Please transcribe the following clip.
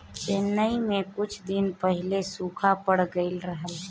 चेन्नई में कुछ दिन पहिले सूखा पड़ गइल रहल